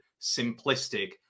simplistic